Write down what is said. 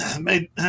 made